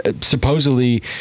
supposedly